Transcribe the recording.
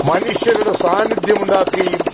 മനുഷ്യരുടെ സാന്നിധ്യമുണ്ടാക്കുകയും